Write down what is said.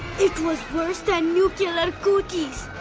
it was worse than nuclear cooties!